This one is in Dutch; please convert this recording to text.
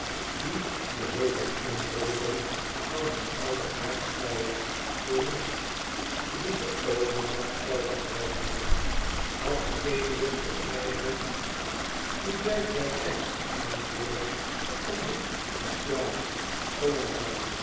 die de hulp had ingeroepen van hun ouden aartsvijand de roest die de overmacht zou behaald hebben had de genius der vrijheid niet juist bijtijds de aanvoerders veranderd in clown